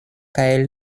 kaj